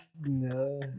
No